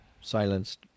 silenced